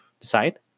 decide